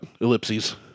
Ellipses